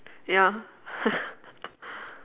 ya